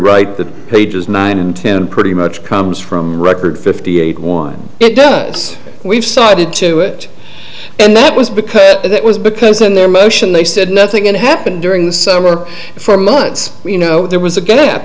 right the pages nine and ten pretty much comes from record fifty eight one it does we've cited to it and that was because it was because in their motion they said nothing going to happen during the summer for months you know there was a gap